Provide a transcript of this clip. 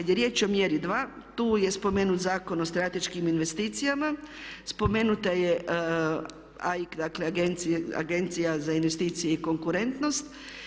Kada je riječ o mjeri dva tu je spomenut Zakon o strateškim investicijama, spomenuta je AIK, dakle agencija za investicije i konkurentnost.